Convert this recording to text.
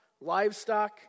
livestock